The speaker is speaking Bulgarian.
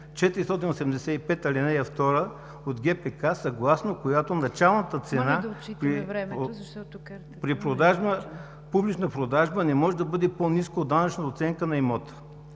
485, ал. 2, от ГПК, съгласно която началната цена при публична продажба не може да бъде по-ниска от данъчната оценка на имота.